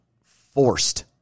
forced